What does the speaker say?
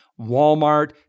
Walmart